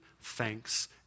thanks